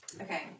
Okay